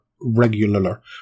regular